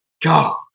God